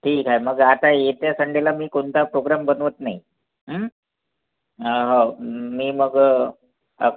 ठीक आहे मग आता येत्या संडेला मी कोणता पोग्राम बनवत नाही हो मी मग अ